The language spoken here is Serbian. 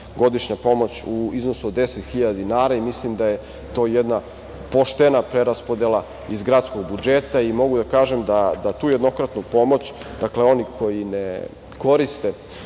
godišnja pomoć u iznosu od 10.000 dinara. Mislim da je to jedna poštena preraspodela iz gradskog budžeta. Mogu da kažem da tu jednokratnu pomoć, oni koji ne koriste